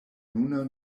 nuna